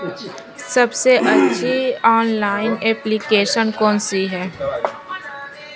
सबसे अच्छी online application कौन सी है?